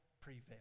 prevail